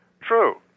True